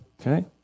Okay